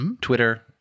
Twitter